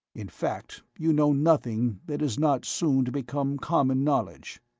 in fact, you know nothing that is not soon to become common knowledge.